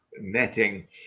netting